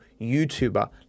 YouTuber